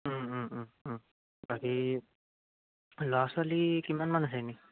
বাকী ল'ৰা ছোৱালী কিমান মান আছে এনেই